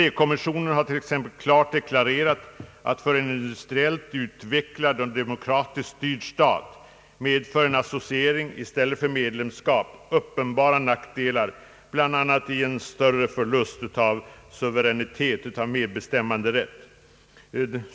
EEC-kommissionen har t.ex. klart deklarerat att för en industriellt utvecklad och demokratiskt styrd stat medför en associering i stället för medlemskap uppenbara nackdelar, bl.a. en större förlust av suveränitet och av medbestämmanderätt.